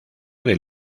del